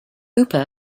hooper